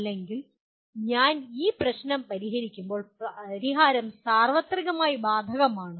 അല്ലെങ്കിൽ ഞാൻ ഈ പ്രശ്നം പരിഹരിക്കുമ്പോൾ പരിഹാരം സാർവത്രികമായി ബാധകമാണ്